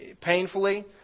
painfully